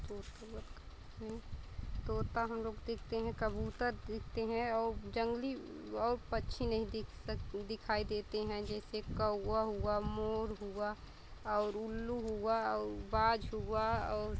तो उसके बाद का तोता हम लोग दिखते हैं कबूतर दिखते हैं और जंगली और पक्षी नहीं दिख सक दिखाई देते हैं जैसे कव्वा हुआ मोर हुआ और उल्लू हुआ और बाज़ हुआ और